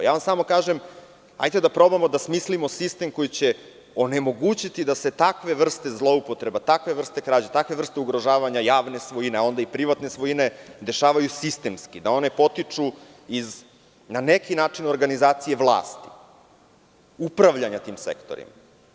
Samo vam kažem, hajde da probamo da smislim sistem koji će onemogućiti da se takve vrste zloupotreba, takve vrste krađa, takve vrste ugrožavanja javne svojine, a onda i privatne svojine dešavaju sistemski, da one potiču iz na neki način organizacije vlasti, upravljanja tim sektorima.